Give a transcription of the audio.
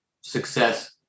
success